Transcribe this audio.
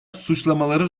suçlamaları